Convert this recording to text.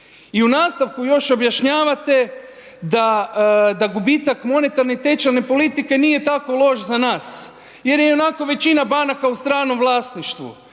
i u nastavku još objašnjavate da gubitak monetarne i tečajne politike nije tako loš za nas jer je ionako većina banaka u stranom vlasništvu.